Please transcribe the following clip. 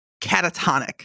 catatonic